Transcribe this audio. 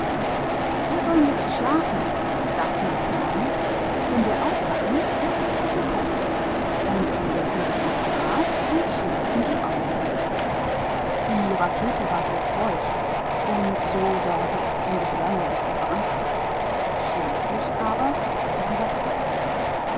wir ein wenig schlafen sagten die jungen und wenn wir aufwachen wird das wasser kochen und sie legten sich ins gras und schlossen die augen die rakete war sehr feucht und es brauchte eine lange weile bis sie feuer